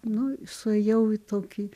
nu suėjau į tokį